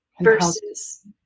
versus